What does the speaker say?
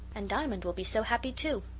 and diamond will be so happy too!